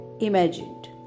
imagined